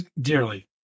dearly